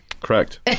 Correct